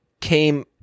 came